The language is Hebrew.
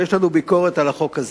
ויש לנו ביקורת על החוק הזה,